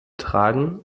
tragen